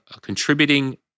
contributing